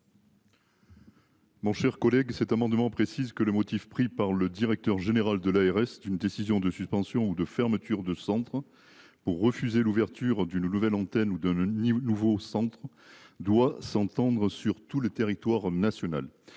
Mon cher collègue, cet amendement précise que le motif pris par le directeur général de l'ARS d'une décision de suspension ou de fermeture de centres pour refuser l'ouverture d'une nouvelle antenne ou un le Nouveau Centre doit s'entendre sur tout le territoire national.